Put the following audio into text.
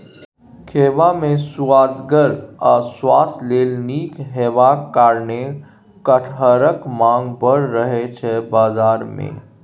खेबा मे सुअदगर आ स्वास्थ्य लेल नीक हेबाक कारणेँ कटहरक माँग बड़ रहय छै बजार मे